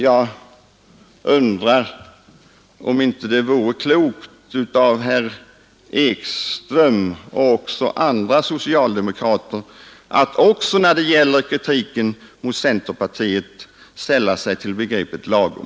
Jag undrar om det inte vore klokt av herr Ekström och även andra socialdemokrater att också när det gäller kritiken mot centerpartiet tillämpa begreppet ”lagom”.